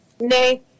Nay